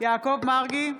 יעקב מרגי,